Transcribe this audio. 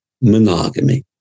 monogamy